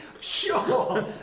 sure